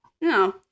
No